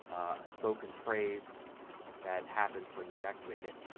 a spoken phrase that happens when you activate it,